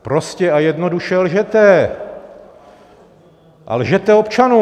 Prostě a jednoduše lžete a lžete občanům.